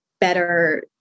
better